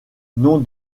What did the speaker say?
nom